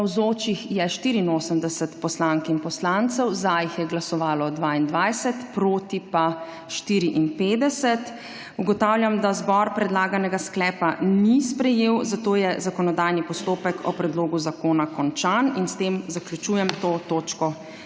Navzočih je 84 poslank in poslancev, za jih je glasovalo 22, proti 54. (Za je glasovalo 22.) (Proti 54.) Ugotavljam, da zbor predlaganega sklepa ni sprejel, zato je zakonodajni postopek o predlogu zakona končan. S tem zaključujem to točko